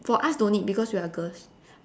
for us don't need because we are girls